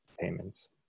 payments